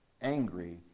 angry